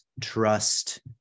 trust